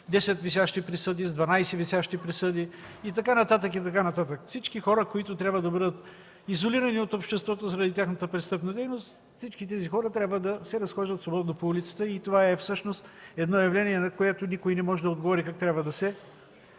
арестуван с 10-12 висящи присъди и така нататък, и така нататък. Всички хора, които трябва да бъдат изолирани от обществото, заради тяхната престъпна дейност, всички тези хора се разхождат свободно по улицата и това е всъщност едно явление, на което никой не може да отговори как може да се